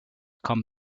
come